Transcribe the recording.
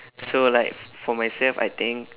so like f~ for myself I think